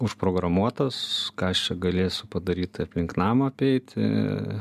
užprogramuotas ką aš čia galėsiu padaryt aplink namą apeiti